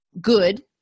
good